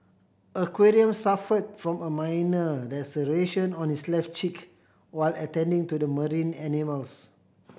aquarium suffered from a minor laceration on his left cheek while attending to the marine animals